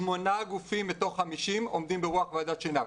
שמונה גופים מתוך 50 עומדים ברוח ועדת שנהר.